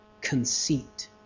conceit